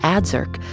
Adzerk